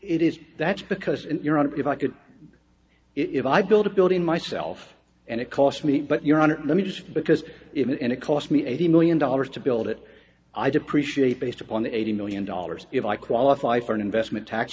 it is that's because in your honor if i could if i build a building myself and it cost me but your honor let me just because it and it cost me eighty million dollars to build it i depreciate based upon the eighty million dollars if i qualify for an investment tax